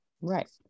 Right